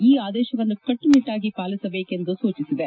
ಈ ಆದೇಶವನ್ನು ಕಟ್ಟುನಿಟ್ಟಾಗಿ ಪಾಲಿಸಬೇಕು ಎಂದು ಸೂಚಿಸಲಾಗಿದೆ